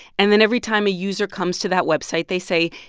and then every time a user comes to that website, they say,